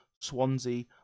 Swansea